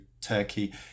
Turkey